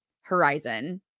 Horizon